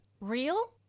real